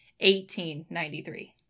1893